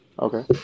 Okay